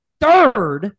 third